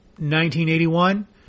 1981